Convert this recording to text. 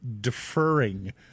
deferring